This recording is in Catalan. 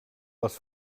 les